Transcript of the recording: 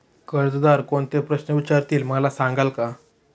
कर्जदार कोणते प्रश्न विचारतील, मला सांगाल का?